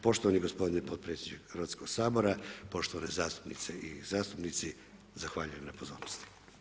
Poštovani gospodine potpredsjedniče Hrvatskog sabora, poštovane zastupnice i zastupnici, zahvaljujem na pozornosti.